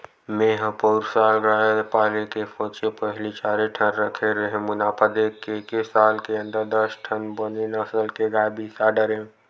मेंहा पउर साल गाय पाले के सोचेंव पहिली चारे ठन रखे रेहेंव मुनाफा देख के एके साल के अंदर दस ठन बने नसल के गाय बिसा डरेंव